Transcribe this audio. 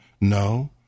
No